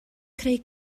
creu